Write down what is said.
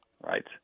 right